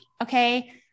Okay